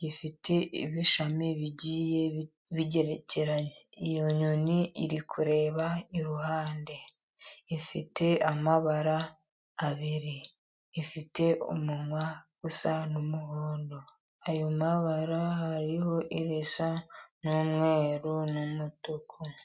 gifite ibishami bigiye bigerekeranye. Iyo nyoni iri kureba iruhande ifite amabara abiri, ifite umunwa usa n'umuhondo ayo mabara hariho irisa n'umweru n'umutuku.